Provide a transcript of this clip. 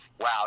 wow